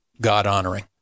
God-honoring